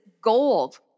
gold